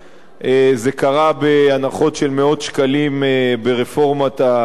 זה קרה בהנחות של מאות שקלים ברפורמת הסלולר,